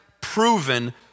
proven